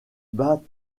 bat